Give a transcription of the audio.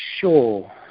Sure